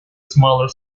smaller